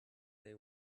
they